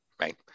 Right